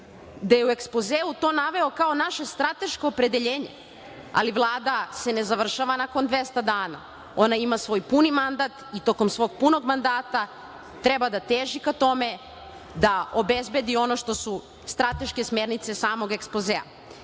da je u Ekspozeu to naveo kao naše strateško opredeljenje, ali Vlada se ne završava nakon 200 dana. Ona ima svoj puni mandat i tokom svog punog mandata treba da teži ka tome da obezbedi ono što su strateške smernice samog Ekspozea. Kažete